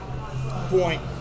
point